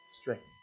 strength